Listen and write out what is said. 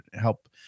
help